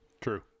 True